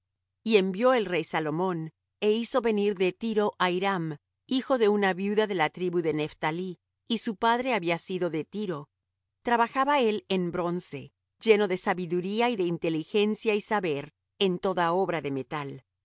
y envió el rey salomón é hizo venir de tiro á hiram hijo de una viuda de la tribu de nephtalí y su padre había sido de tiro trabajaba él en bronce lleno de sabiduría y de inteligencia y saber en toda obra de metal